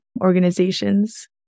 organizations